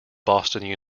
boston